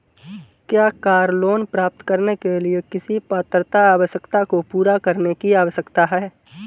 क्या car loan प्राप्त करने के लिए किसी पात्रता आवश्यकता को पूरा करने की आवश्यकता है?